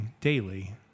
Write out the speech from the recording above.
daily